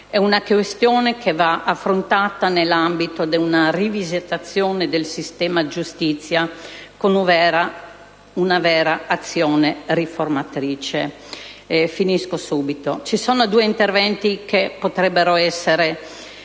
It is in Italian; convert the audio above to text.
di una questione che va affrontata nell'ambito di una rivisitazione del sistema giustizia con una vera azione riformatrice. Ci sono due interventi che potrebbero essere